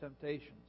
temptations